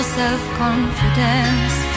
self-confidence